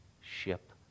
ship